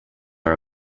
are